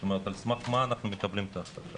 זאת אומרת, על סמך מה אנחנו מקבלים את ההחלטה?